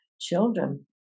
children